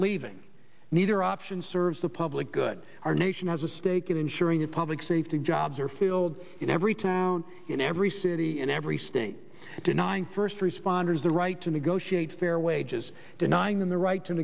leaving neither option serves the public good our nation has a stake in ensuring that public safety jobs are filled in every town in every city in every state denying first responders the right to negotiate fair wages denying them the right to